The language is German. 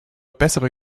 bessere